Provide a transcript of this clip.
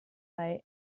bei